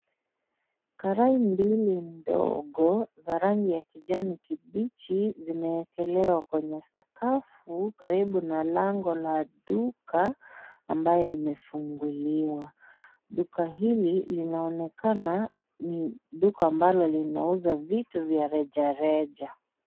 Karai mbili ndogo za rangi ya kijani kibichi zimewekelewa kwenye sakafu karibu na lango la duka ambaye imefunguliwa duka hili linaonekana ni duka ambalo linauza vitu vya rejareja.